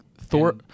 thor